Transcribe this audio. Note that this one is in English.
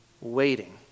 waiting